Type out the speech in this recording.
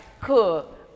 Cool